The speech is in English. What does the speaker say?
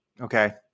Okay